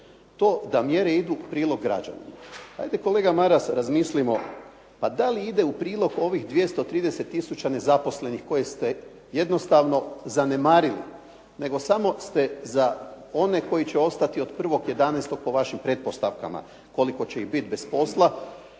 da mjere idu u prilog građana. Dajte kolega Maras razmislimo, pa da li ide u prilog ovih 230 tisuća nezaposlenih koje ste jednostavno zanemarili, nego samo ste za one koji će ostati od 1. 11. po vašim pretpostavkama koliko će ih biti bez posla,